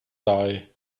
die